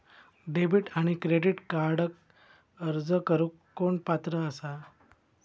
Debit आणि credit कार्डक अर्ज करुक कोण पात्र आसा?